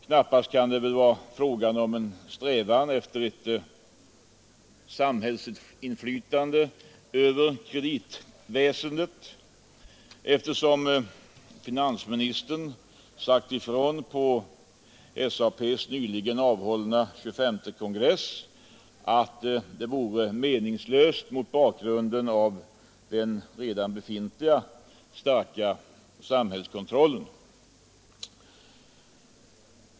Knappast kan det väl vara fråga om en strävan efter ett samhällsinflytande över kongress sagt ifrån att det vore meningslöst mot bakgrunden av den redan befintliga starka samhällskontrollen.